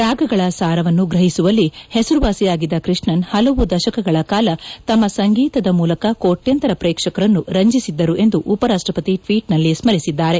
ರಾಗಗಳ ಸಾರವನ್ನು ಗ್ರಹಿಸುವಲ್ಲಿ ಹೆಸರುವಾಸಿಯಾಗಿದ್ದ ಕೃಷ್ಣನ್ ಹಲವು ದಶಕಗಳ ಕಾಲ ತಮ್ಮ ಸಂಗೀತದ ಮೂಲಕ ಕೋಟ್ಯಾಂತರ ಪ್ರೇಕ್ಷಕರನ್ನು ರಂಜಿಸಿದ್ದರು ಎಂದು ಉಪರಾಷ್ಟ ಪತಿ ಟ್ವೀಟ್ನಲ್ಲಿ ಸ್ಮರಿಸಿದ್ದಾರೆ